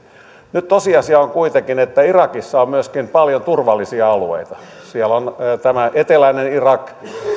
nyt tosiasia on kuitenkin että irakissa on myöskin paljon turvallisia alueita siellä on tämä eteläinen irak